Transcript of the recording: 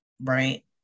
right